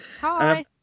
hi